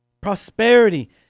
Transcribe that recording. Prosperity